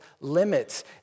limits